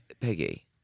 Peggy